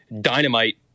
dynamite